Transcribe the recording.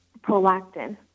prolactin